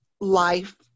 life